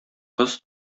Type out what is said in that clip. кыз